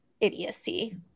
idiocy